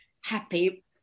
happy